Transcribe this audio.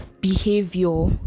behavior